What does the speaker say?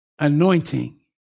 anointing